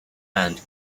and